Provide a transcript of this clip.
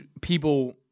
people